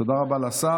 תודה רבה לשר.